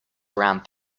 around